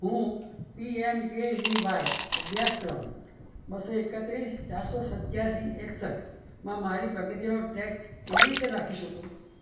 હું P M K V Y અભ્યાસક્રમ બસો એકત્રીસ ચારસો સત્યાશી એકસઠ માં મારી પ્રગતિનો ટ્રેક કેવી રીતે રાખી શકું